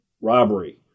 robbery